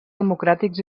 democràtics